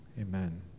Amen